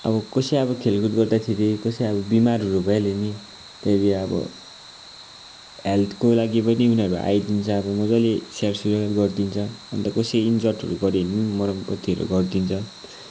अब कसै अब खेलकुद गर्दाखेरि कसै अब बिमारहरू भइहाल्यो भने त्यहाँनिर अब हेल्थको लागि पनि उनीहरू आइदिन्छ अब मजाले स्याहार सुसार गरिदिन्छ अन्त कसै इन्ज्युर्डहरू गऱ्यो भने पनि मलम पट्टीहरू गरिदिन्छ